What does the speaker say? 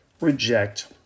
reject